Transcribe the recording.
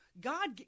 God